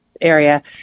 area